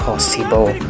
Possible